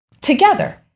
together